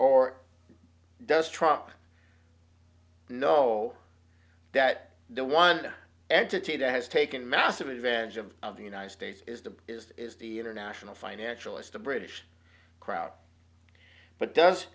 or does trump know that the one entity that has taken massive advantage of of the united states is the is the is the international financial is the british crowd but does